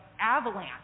avalanche